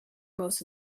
most